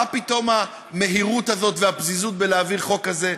מה פתאום המהירות הזאת והפזיזות בלהעביר חוק כזה?